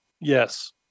Yes